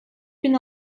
bin